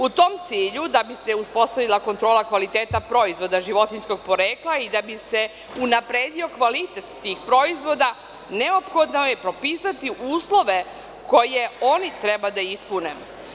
U tom cilju, da bi se uspostavila kontrola kvaliteta proizvoda životinjskog porekla i da bi se unapredio kvalitet tih proizvoda, neophodno je propisati uslove koje oni treba da ispune.